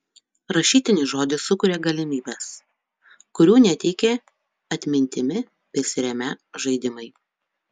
rašytinis žodis sukuria galimybes kurių neteikė atmintimi besiremią žaidimai